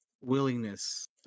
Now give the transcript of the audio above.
willingness